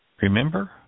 Remember